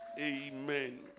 Amen